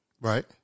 Right